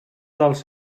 dels